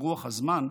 ברוח הזמן,